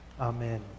Amen